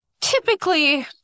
typically